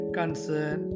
concern